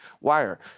wire